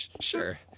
Sure